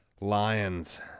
Lions